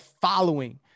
following